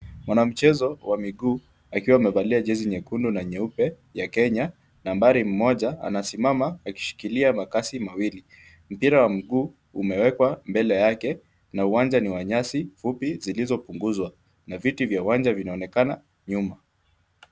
Mwanamichezo wa miguu akiwa amevalia jezi nyekundu na nyeupe ya kenya nambari moja mmoja anasimama akishikilia makasi mawili. Mpira wa miguu umewekwa mbele yake na uwanja ni wa nyasi fupi zilizopunguzwa na viti vya uwanja vinaonekana nyuma.